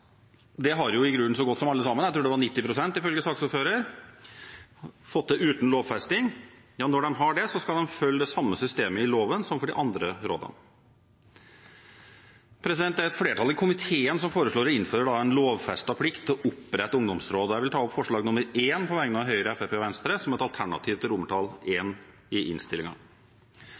det har i grunnen så godt som alle sammen, jeg tror det var 90 pst., ifølge saksordfører, og de har fått det uten lovfesting – skal følge det samme systemet i loven som gjelder for de andre rådene. Det er et flertall i komiteen som foreslår å innføre en lovfestet plikt til å opprette ungdomsråd, og jeg vil ta opp forslag nr. 1, på vegne av Høyre, Fremskrittspartiet og Venstre, som et alternativ til innstillingens forslag til vedtak I.